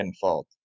fault